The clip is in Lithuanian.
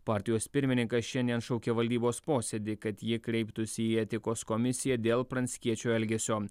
partijos pirmininkas šiandien šaukia valdybos posėdį kad jie kreiptųsi į etikos komisiją dėl pranckiečio elgesio